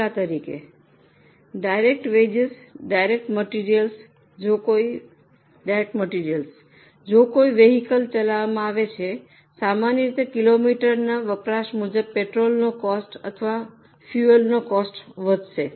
દાખલાઓ તરીકે direct wages direct materials જો કોઈ વેહિકલ ચલાવવામાં આવે છે સામાન્ય રીતે કિલોમીટરના વપરાશ મુજબ પેટ્રોલનો કોસ્ટ અથવા ફુએલનો કોસ્ટ વધશે